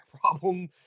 problem